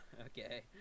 Okay